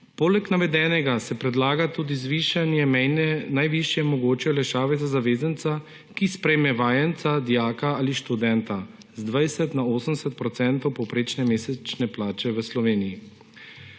Poleg navedenega se predlaga tudi zvišanje najvišje mogoče olajšave za zavezanca, ki sprejme vajenca, dijaka ali študenta, z 20 na 80 % povprečne mesečne plače v Sloveniji.Predlog